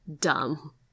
dumb